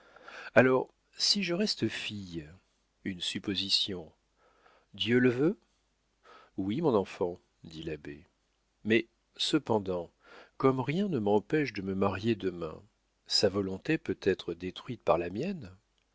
alors si je reste fille une supposition dieu le veut oui mon enfant dit l'abbé mais cependant comme rien ne m'empêche de me marier demain sa volonté peut être détruite par la mienne